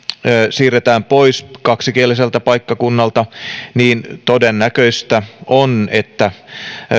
siirretään pois kaksikieliseltä paikkakunnalta niin todennäköistä on että